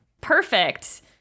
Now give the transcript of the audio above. Perfect